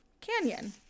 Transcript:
Canyon